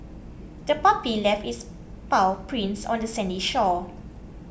the puppy left its paw prints on the sandy shore